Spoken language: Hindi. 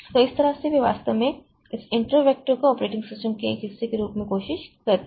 तो इस तरह से वे वास्तव में इस इंटरपट वैक्टर को ऑपरेटिंग सिस्टम के हिस्से के रूप में रखने की कोशिश करते हैं